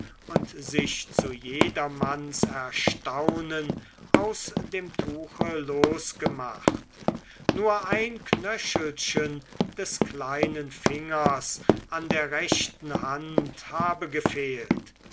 und sich zu jedermanns erstaunen aus dem tuche losgemacht nur ein knöchelchen des kleinen fingers an der rechten hand habe gefehlt